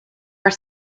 are